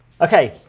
Okay